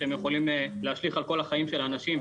אתם יכולים להשליך על כל החיים של אנשים,